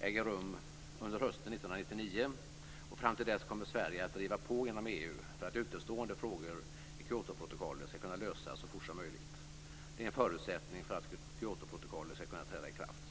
äger rum under hösten 1999. Fram till dess kommer Sverige att driva på genom EU för att utestående frågor i Kyotoprotokollet skall kunna lösas så fort som möjligt. Det är en förutsättning för att Kyotoprotokollet skall kunna träda i kraft.